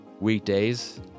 Weekdays